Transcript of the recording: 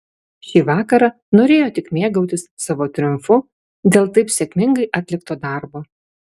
šį vakarą norėjo tik mėgautis savo triumfu dėl taip sėkmingai atlikto darbo